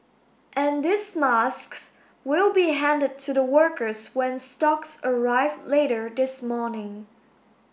and these masks will be handed to the workers when stocks arrive later this morning